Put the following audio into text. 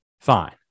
fine